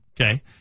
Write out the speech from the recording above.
Okay